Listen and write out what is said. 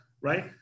right